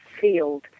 field